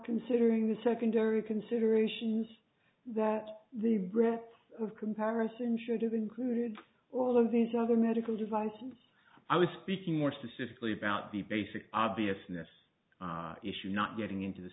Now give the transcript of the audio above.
considering the secondary considerations that the breadth of comparison should have included all of these other medical devices and i was speaking more specifically about the basic obviousness issue not getting into the